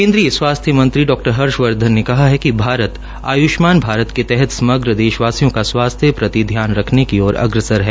केन्द्रीय स्वास्थ्य मंत्री डॉ हर्षवर्धन ने कहा है कि भारत आयुषमान भारत के तहत समग्र देशवासियों का स्वास्थ्य प्रति ध्यान रखने की ओर अग्रसर है